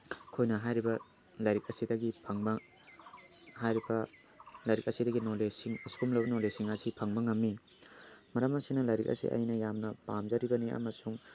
ꯑꯩꯈꯣꯏꯅ ꯍꯥꯏꯔꯤꯕ ꯂꯥꯏꯔꯤꯛ ꯑꯁꯤꯗꯒꯤ ꯐꯪꯕ ꯍꯥꯏꯔꯤꯕ ꯂꯥꯏꯔꯤꯛ ꯑꯁꯤꯗꯒꯤ ꯅꯣꯂꯦꯖꯁꯤꯡ ꯑꯁꯤꯒꯨꯝꯂꯕ ꯅꯣꯂꯦꯖꯁꯤꯡ ꯑꯁꯤ ꯐꯪꯕ ꯉꯝꯃꯤ ꯃꯔꯝ ꯑꯁꯤꯅ ꯂꯥꯏꯔꯤꯛ ꯑꯁꯤ ꯑꯩꯅ ꯌꯥꯝꯅ ꯄꯥꯝꯖꯔꯤꯕꯅꯤ ꯑꯃꯁꯨꯡ